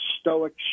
stoic